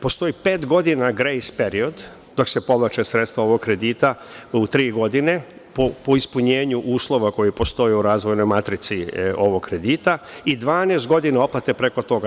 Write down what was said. Postoji pet godina „grejs“ period, dok se povlače sredstva ovog kredita u tri godine, po ispunjenju uslova koje postoje u razvojnoj matrici ovog kredita, i 12 godina otplate preko toga.